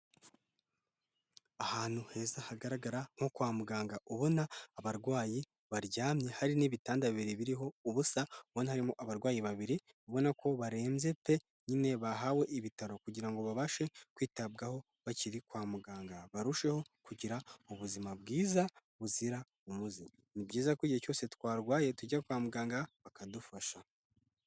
Ahantu heza hagaragara nko kwa muganga, ubona abarwayi baryamye, hari n'ibitanda bibiri biriho ubusa, ubona harimo abarwayi babiri ubona ko barembye pe, nyine bahawe ibitaro kugira ngo babashe kwitabwaho bakiri kwa muganga, barusheho kugira ubuzima bwiza buzira umuze, ni byiza ko igihe cyose twarwaye tujya kwa muganga bakadufasha.